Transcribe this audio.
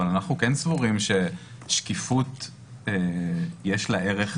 אנחנו כן סבורים ששקיפות יש לה ערך,